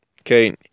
Okay